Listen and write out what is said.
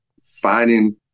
finding